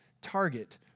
target